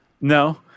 No